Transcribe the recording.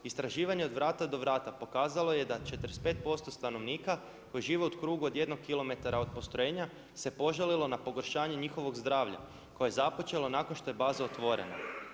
Istraživanje od vrata do vrata pokazalo je da 45% stanovnika koji žive u krugu od 1 kilometra od postrojenja se požalilo na pogoršanje njihovog zdravlja koje započelo nakon što je baza otvorena.